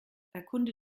erkunde